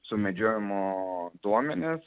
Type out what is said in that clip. sumedžiojimo duomenys